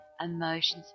emotions